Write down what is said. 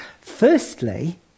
Firstly